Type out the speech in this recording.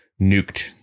nuked